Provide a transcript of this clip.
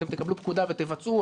אתם תקבלו פקודה ותבצעו.